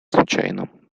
случайно